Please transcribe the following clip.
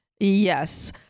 Yes